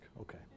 Okay